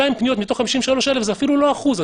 200 פניות מתוך 53,000 זה אפילו לא אחוז,